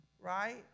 right